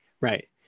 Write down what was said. Right